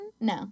No